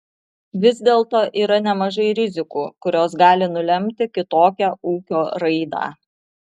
vis dėlto yra nemažai rizikų kurios gali nulemti kitokią ūkio raidą